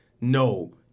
no